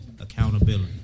accountability